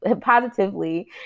positively